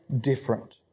different